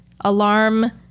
alarm